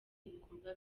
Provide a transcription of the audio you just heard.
ibikorwa